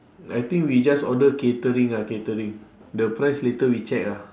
I think we just order catering ah catering the price later we check lah